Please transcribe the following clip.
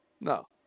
No